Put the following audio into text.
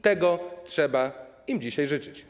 Tego trzeba im dzisiaj życzyć.